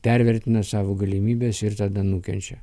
pervertina savo galimybes ir tada nukenčia